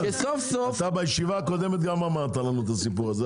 אתה בישיבה הקודמת גם אמרת לנו את הסיפור הזה,